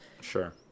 Sure